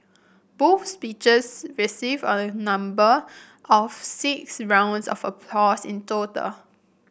both speeches received a number of six rounds of applause in total